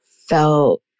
felt